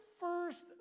first